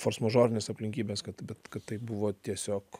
fors mažorinės aplinkybės kad bet kad tai buvo tiesiog